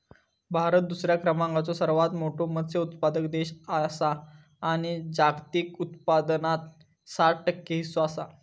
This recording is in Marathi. भारत दुसऱ्या क्रमांकाचो सर्वात मोठो मत्स्य उत्पादक देश आसा आणि जागतिक उत्पादनात सात टक्के हीस्सो आसा